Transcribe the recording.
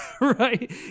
right